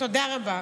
תודה רבה.